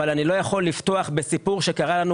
אבל אני יכול לפתוח בסיפור שקרה לנו